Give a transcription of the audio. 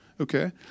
okay